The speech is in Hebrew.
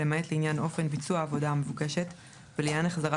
למעט לעניין אופן ביצוע העבודה המבוקשת ולעניין החזרת